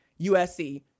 USC